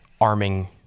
arming